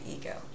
ego